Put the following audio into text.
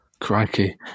Crikey